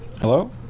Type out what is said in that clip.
Hello